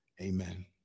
amen